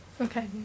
okay